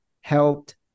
helped